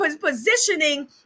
positioning